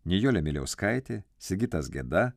nijolė miliauskaitė sigitas geda